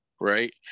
right